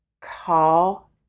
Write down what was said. call